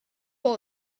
all